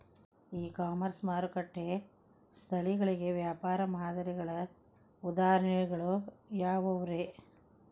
E commerce ಮಾರುಕಟ್ಟೆ ಸ್ಥಳಗಳಿಗೆ ವ್ಯಾಪಾರ ಮಾದರಿಗಳ ಉದಾಹರಣೆಗಳು ಯಾವವುರೇ?